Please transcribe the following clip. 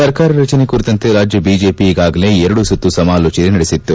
ಸರ್ಕಾರ ರಚನೆ ಕುರಿತಂತೆ ರಾಜ್ಯ ಬಿಜೆಪಿ ಈಗಾಗಲೇ ಎರಡು ಸುತ್ತು ಸಮಾಲೋಚನೆ ನಡೆಸಿತ್ತು